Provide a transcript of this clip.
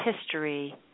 history